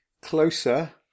Closer